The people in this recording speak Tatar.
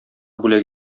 бүләк